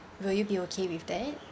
will you be okay with that